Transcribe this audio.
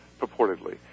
purportedly